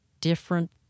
different